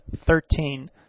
thirteen